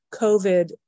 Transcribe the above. COVID